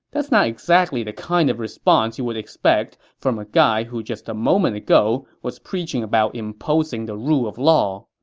that's not exactly the kind of response you would expect from a guy who just a moment ago was preaching about imposing the rule of law.